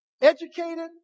educated